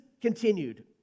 continued